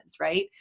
right